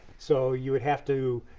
so you would have to